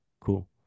Cool